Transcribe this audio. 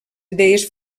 idees